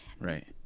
right